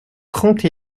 trente